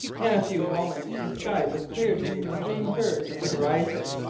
in a few moments, the sky was clear to the extreme verge of the horizon,